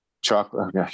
chocolate